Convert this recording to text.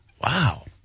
Wow